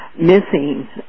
missing